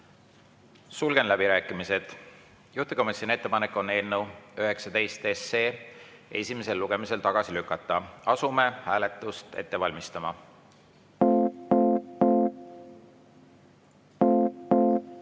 Sulgen läbirääkimised. Juhtivkomisjoni ettepanek on eelnõu 19 esimesel lugemisel tagasi lükata. Asume hääletust ette valmistama. Head